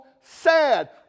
sad